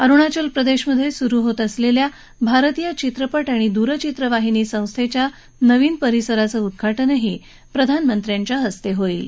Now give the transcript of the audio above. अरुणाचल प्रदेश मधे सुरु होत असलेल्या भारतीय चित्रपट आणि दूरचित्रवाहिनी संस्थेच्या परिसराचं उद्घाटनही प्रधानमंत्र्यांच्या हस्ते होईल